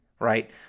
Right